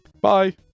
Bye